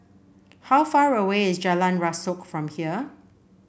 how far away is Jalan Rasok from here